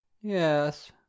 Yes